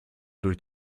durch